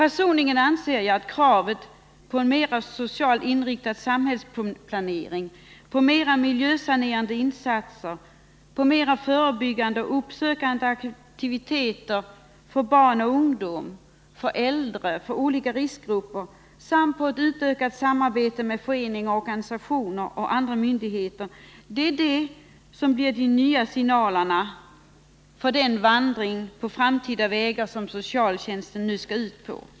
Personligen anser jag att kravet på en mer socialt inriktad samhällsplanering, på mer av miljösanerande insatser, på mer av förebyggande och uppsökande aktiviteter för barn och ungdom, för äldre och för olika riskgrupper samt på ett utökat samarbete med föreningar, organisationer och myndigheter är det som blir de nya signalerna för den vandring på framtida vägar som socialtjänsten nu skall ut på.